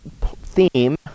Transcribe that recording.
theme